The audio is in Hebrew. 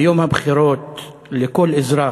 ביום הבחירות לכל אזרח,